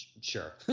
Sure